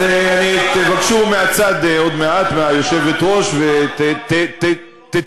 אז תבקשו מהצד, עוד מעט, מהיושבת-ראש, ותצטטו.